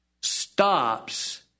stops